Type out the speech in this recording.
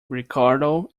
ricardo